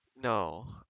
No